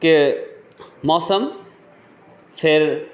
के मौसम फेर